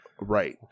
right